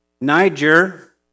Niger